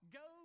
go